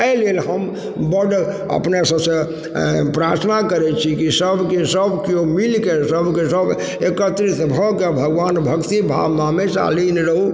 अइ लेल हम बड्ड अपने सबसँ प्रार्थना करय छी कि सबके सब केओ मिलके सबके सब एकत्रित भऽके भगवान भक्ति भावमे हमेशा लीन रहु